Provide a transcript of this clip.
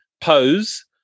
pose